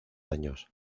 años